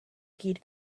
gyd